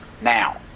now